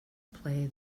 play